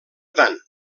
tant